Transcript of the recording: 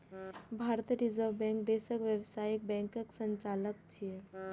भारतीय reserve bank देशक व्यावसायिक बैंकक संचालक छियै